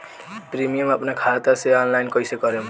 Premium अपना खाता से ऑनलाइन कईसे भरेम?